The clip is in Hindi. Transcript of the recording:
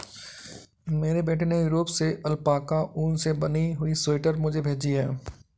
मेरे बेटे ने यूरोप से अल्पाका ऊन से बनी हुई स्वेटर मुझे भेजी है